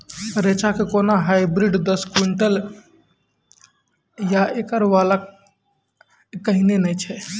रेचा के कोनो हाइब्रिड दस क्विंटल या एकरऽ वाला कहिने नैय छै?